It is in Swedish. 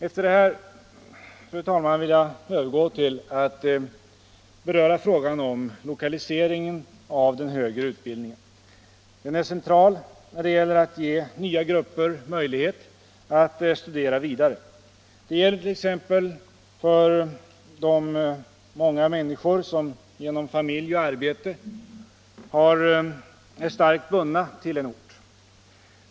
Efter detta, fru talman, vill jag övergå till att beröra frågan om 1okaliseringen av den högre utbildningen. Den är central när det gäller att ge nya grupper möjlighet att studera vidare. Det gäller t.ex. för de många människor som genom familj och arbete är starkt bundna till en ort.